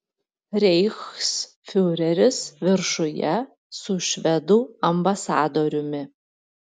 reichsfiureris viršuje su švedų ambasadoriumi